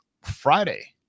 Friday